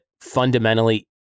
fundamentally